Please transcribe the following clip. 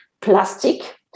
plastic